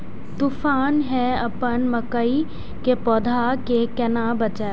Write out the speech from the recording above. तुफान है अपन मकई के पौधा के केना बचायब?